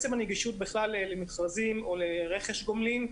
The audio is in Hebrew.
עצם הנגישות למכרזים או לרכש גומלין.